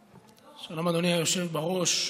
שלום, אדוני היושב-ראש.